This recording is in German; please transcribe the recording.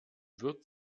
wird